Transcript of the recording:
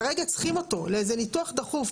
כרגע צריכים אותו לאיזה ניתוח דחוף,